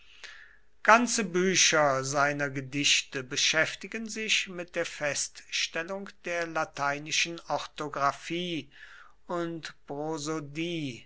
ganze bücher seiner gedichte beschäftigen sich mit der feststellung der lateinischen orthographie und prosodie